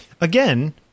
again